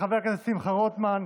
חברי הכנסת, נא לשבת במקומותיכם.